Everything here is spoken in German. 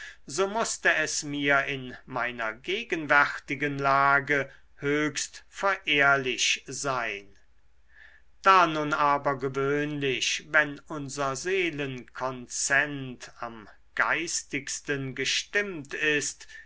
so mußte es mir in meiner gegenwärtigen lage höchst verehrlich sein da nun aber gewöhnlich wenn unser seelenkonzent am geistigsten gestimmt ist